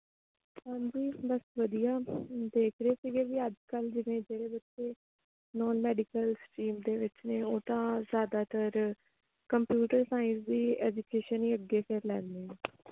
ਹਾਂਜੀ ਬਸ ਵਧੀਆ ਦੇਖ ਰਹੇ ਸੀਗੇ ਵੀ ਅੱਜ ਕੱਲ ਜਿਵੇਂ ਜਿਹੜੇ ਬੱਚੇ ਨੋਨ ਮੈਡੀਕਲ ਸਟਰੀਮ ਦੇ ਵਿੱਚ ਨੇ ਉਹ ਤਾਂ ਜ਼ਿਆਦਾਤਰ ਕੰਪਿਊਟਰ ਸਾਇੰਸ ਦੀ ਐਜੂਕੇਸ਼ਨ ਹੀ ਅੱਗੇ ਫਿਰ ਲੈਂਦੇ